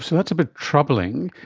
so that's a bit troubling.